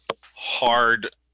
hard